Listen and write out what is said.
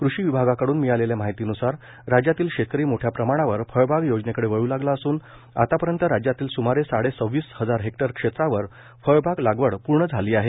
कृषी विभागाकडून मिळालेल्या माहितीन्सार राज्यातील शेतकरी मोठ्या प्रमाणावर फळबाग योजनेकडे वळ् लागला असून आतापर्यंत राज्यातील सुमारे साडेसव्वीस हजार हेक्टर क्षेत्रावर फळबाग लागवड पूर्ण झाली आहे